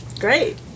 Great